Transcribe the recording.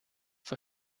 vor